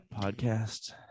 Podcast